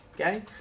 okay